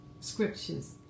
scriptures